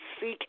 seek